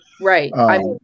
Right